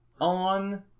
on